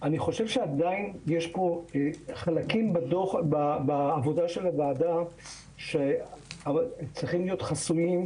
שעדיין יש בעבודה של הוועדה חלקים שצריכים להיות חסויים.